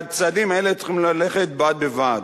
והצעדים האלה צריכים ללכת בד בבד.